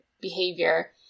behavior